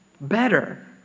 better